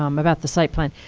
um about the site plan.